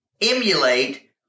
emulate